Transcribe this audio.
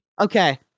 okay